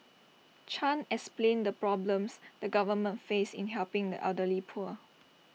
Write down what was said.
chan explained the problems the government face in helping the elderly poor